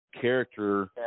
character